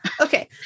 Okay